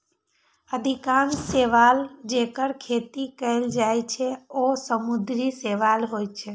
अधिकांश शैवाल, जेकर खेती कैल जाइ छै, ओ समुद्री शैवाल होइ छै